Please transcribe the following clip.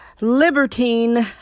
libertine